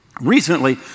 Recently